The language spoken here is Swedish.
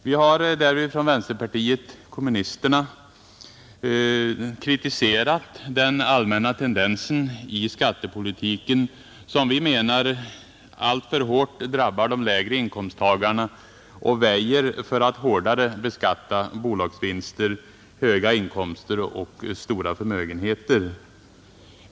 Vi har därvid från vänsterpartiet kommunisterna kritiserat den allmänna tendensen i skattepolitiken, som vi menar alltför hårt drabbar de lägre inkomsterna och väjer för att hårdare beskatta bolagsvinster, höga inkomster och stora förmögenheter.